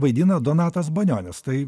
vaidina donatas banionis tai